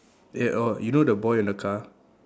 ya oh you know the boy in the car